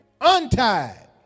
untied